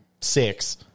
six